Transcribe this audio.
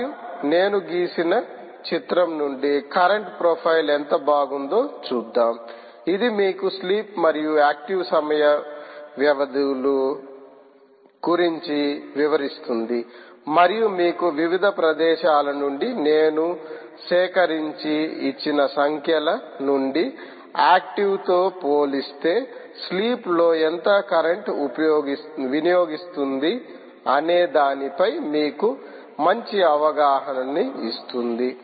మరియు నేను గీసిన చిత్రం నుండి కరెంట్ ప్రొఫైల్ ఎంత బాగుందో చూద్దాం ఇది మీకు స్లీప్మరియు ఆక్టివ్ సమయ వ్యవధుల గురించి వివరిస్తుంది మరియు మీకు వివిధ ప్రదేశాల నుండి నేను సేకరించి ఇచ్చిన సంఖ్యల నుండి యాక్టివ్ తో పోలిస్తే స్లీప్ లో ఎంత కరెంట్ వినియోగిస్తుంది అనే దానిపై మీకు మంచి అవగాహన ని ఇస్తుంది